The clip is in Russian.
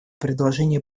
предложения